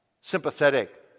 Sympathetic